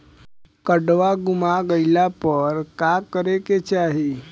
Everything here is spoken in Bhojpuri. काडवा गुमा गइला पर का करेके चाहीं?